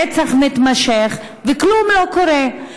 הרצח ממשיך וכלום לא קורה.